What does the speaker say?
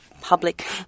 public